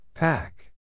Pack